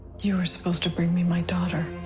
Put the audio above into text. you were supposed to bring me my daughter.